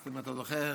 אם אתה זוכר,